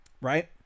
right